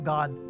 God